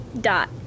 dot